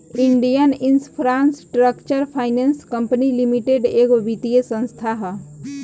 Indian infrastructure finance company limited एगो वित्तीय संस्था ह